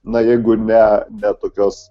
na jeigu ne ne tokios